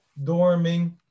dorming